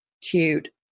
cute